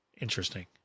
Interesting